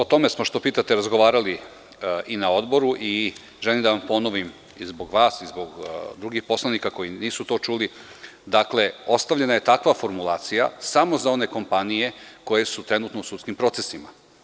O tome smo što pitate razgovarali i na Odboru i želim da vam ponovim i zbog vas i zbog drugih poslanika koji nisu to čuli, dakle, ostavljena je takva formulacija, samo za one kompanije koje su trenutno u sudskim procesima.